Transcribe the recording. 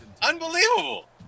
Unbelievable